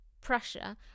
Prussia